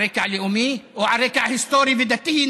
על רקע לאומי או על רקע היסטורי ודתי,